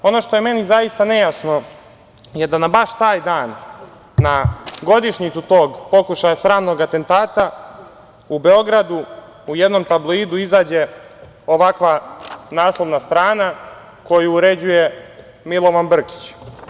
Ono što je meni zaista nejasno je da na baš taj dan, na godišnjicu tog pokušaja sramnog atentata u Beogradu u jednom tabloidu izađe ovakva naslovna strana koju uređuje Milovan Brkić.